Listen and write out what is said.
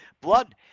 blood